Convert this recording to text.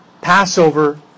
Passover